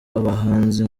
abahanzi